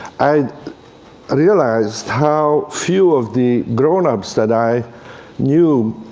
i realized how few of the grown-ups that i knew